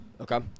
Okay